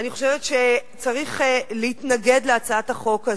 אני חושבת שצריך להתנגד להצעת החוק הזאת.